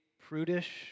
prudish